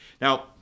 Now